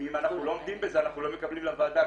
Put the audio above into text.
ואם אנחנו לא עומדים בזה אנחנו לא מקבלים לוועדה.